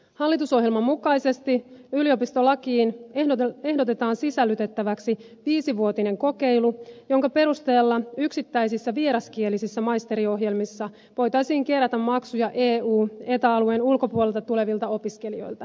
hallitusohjelman mukaisesti yliopistolakiin ehdotetaan sisällytettäväksi viisivuotinen kokeilu jonka perusteella yksittäisissä vieraskielisissä maisteriohjelmissa voitaisiin kerätä maksuja eueta alueen ulkopuolelta tulevilta opiskelijoilta